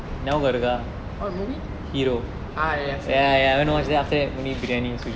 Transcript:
what movie ah yes yes yes